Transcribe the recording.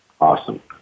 Awesome